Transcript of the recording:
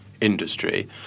industry